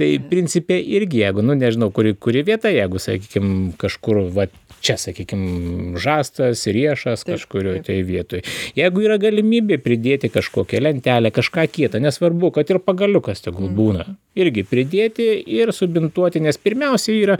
tai principe irgi jeigu nu nežinau kuri kuri vieta jeigu sakykim kažkur vat čia sakykim žastas riešas kažkurioj vietoj jeigu yra galimybė pridėti kažkokią lentelę kažką kietą nesvarbu kad ir pagaliukas tegul būna irgi pridėti ir subintuoti nes pirmiausia yra